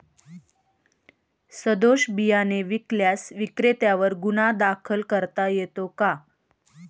सदोष बियाणे विकल्यास विक्रेत्यांवर गुन्हा दाखल करता येतो का?